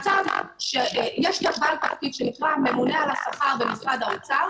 מצב שיש כאן בעל תפקיד שנקרא הממונה על השכר במשרד האוצר,